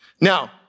Now